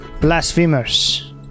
blasphemers